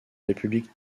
république